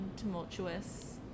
tumultuous